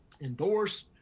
endorse